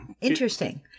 Interesting